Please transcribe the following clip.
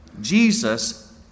Jesus